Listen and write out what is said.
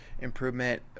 improvement